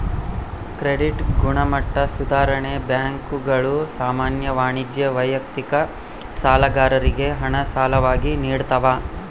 credit ಗುಣಮಟ್ಟ ಸುಧಾರಣೆ ಬ್ಯಾಂಕುಗಳು ಸಾಮಾನ್ಯ ವಾಣಿಜ್ಯ ವೈಯಕ್ತಿಕ ಸಾಲಗಾರರಿಗೆ ಹಣ ಸಾಲವಾಗಿ ನಿಡ್ತವ